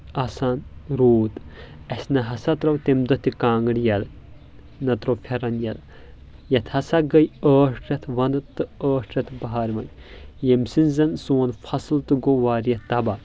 آسان روٗد اسہِ نہ ہسا ترٲو تمہِ دۄہ تہِ کانٛگٕر یلہٕ نہ تروو پھیٚرن یلہٕ یتھ ہسا گٔے ٲٹھ رٮ۪تھ ونٛدٕ تہٕ ٲٹھ رٮ۪تھ بہار وۄنۍ ییٚمہِ سۭتۍ زن سون فصل تہِ گوٚو واریاہ تباہ